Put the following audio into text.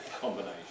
combination